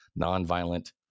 nonviolent